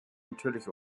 natürlich